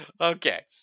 Okay